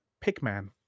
Pigman